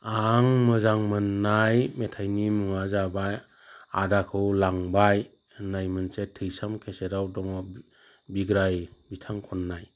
आं मोजां मोननाय मेथाइनि मुङा जाबाय आदाखौ लांबाय होननाय मोनसे थैसाम केसेटआव दङ बिग्राय बिथां खननाय